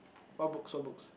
what books what books